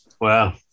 Wow